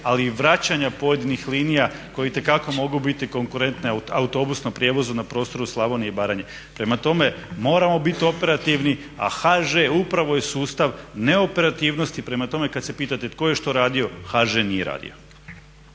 ali i vraćanja pojedinih linija koje itekako mogu biti konkurente autobusnom prijevozu na prostoru Slavonije i Baranje. Prema tome, moramo biti operativni, a HŽ upravo je sustav neoperativnosti. Prema tome, kad se pitate tko je što radio HŽ nije radio.